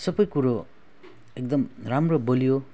सब कुरो एकदम राम्रो बलियो